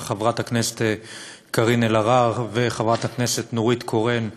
חברת הכנסת קארין אלהרר וחברת הכנסת נורית קורן,